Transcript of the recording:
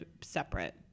separate